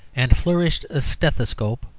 and flourished a stethoscope,